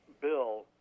bill